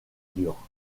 durs